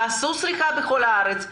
תעשו סריקה בכל הארץ,